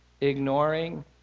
ignoring